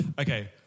okay